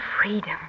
freedom